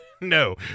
No